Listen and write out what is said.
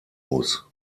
muss